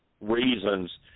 reasons